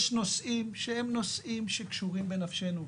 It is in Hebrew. יש נושאים שהם נושאים שקשורים בנפשנו.